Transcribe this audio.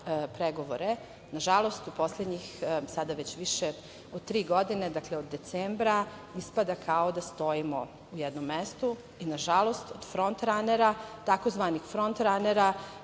pregovore. Nažalost u poslednjih, sada već više od tri godine, dakle od decembra ispada kao da stojimo u jednom mestu. Nažalost, od frontranera tzv. frontranera,